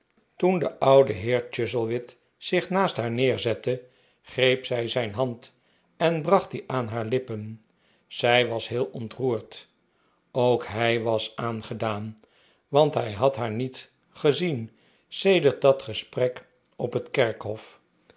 toen de oude heer chuzzlewit zich naast haar neerzette greep zij zijn hand en bracht die aan haar lippen zij was heel ontroerd ook hij was aangedaan want hij had haar niet gezien sedert dat gesprek op het kerkhof